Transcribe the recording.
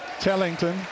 Tellington